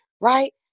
Right